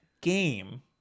game